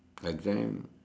exams